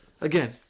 Again